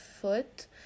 foot